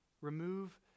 remove